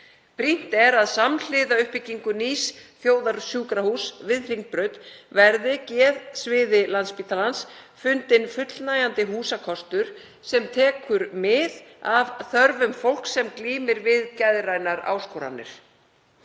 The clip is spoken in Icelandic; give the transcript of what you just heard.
Brýnt er að samhliða uppbyggingu nýs þjóðarsjúkrahúss við Hringbraut verði geðsviði Landspítalans fundinn fullnægjandi húsakostur sem tekur mið af þörfum fólks sem glímir við geðrænar áskoranir.